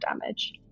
damage